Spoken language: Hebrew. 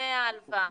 תשלומי ההלוואה?